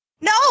No